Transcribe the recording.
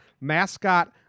mascot